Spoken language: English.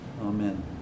amen